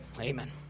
amen